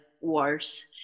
wars